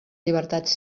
llibertats